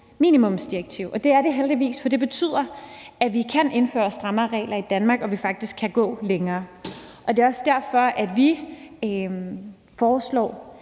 minimumsdirektiv, og det er det heldigvis, for det betyder, at vi kan indføre strammere regler i Danmark, og at vi faktisk kan gå længere. Det er også derfor, at vi foreslår,